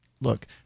look